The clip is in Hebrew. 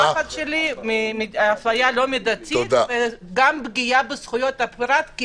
החשש שלי הוא האפליה וגם הפגיעה בזכויות הפרט כי